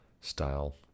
style